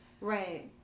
Right